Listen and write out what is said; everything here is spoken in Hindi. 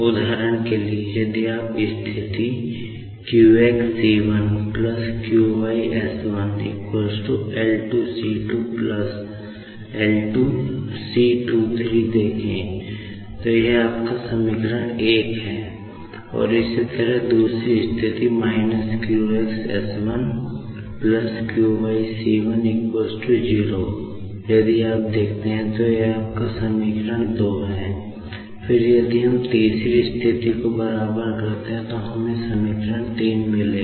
उदाहरण के लिए यदि आप स्थिति q x c1 q y s1 L2 c2 L2 c23 देखें और यह आपके समीकरण मिलेगा